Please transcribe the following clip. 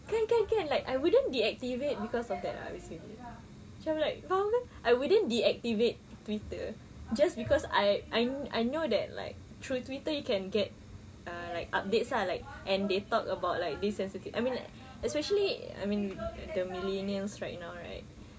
kan kan kan like I wouldn't deactivate cause of that ah basically macam like I wouldn't deactivate twitter just cause I I know that like through twitter you can get uh like updates ah like and they talk about like this sensitive I mean like especially I mean the millennials right you know right